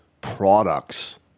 products